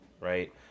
Right